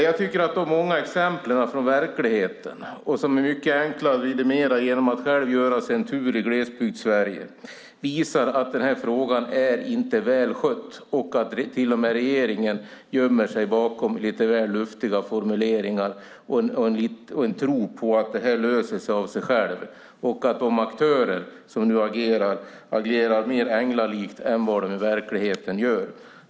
Jag tycker att de många exemplen från verkligheten, som är mycket enkla att vidimera genom att man själv gör sig en tur i Glesbygdssverige, visar att den här frågan inte är väl skött och att till och med regeringen gömmer sig bakom lite väl luftiga formuleringar och har en tro på att det löser sig av sig självt och att aktörerna agerar mer änglalikt än vad de i verkligheten gör.